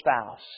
spouse